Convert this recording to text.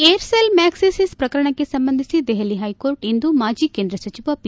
Aircel Maxis ಪ್ರಕರಣಕ್ಕೆ ಸಂಬಂಧಿಸಿ Delhi high court ಇಂದು ಮಾಜಿ ಕೇಂದ್ರ ಸಚಿವ ಪಿ